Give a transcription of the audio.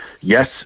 Yes